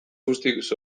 guztiz